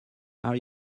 are